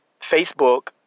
Facebook